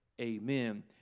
amen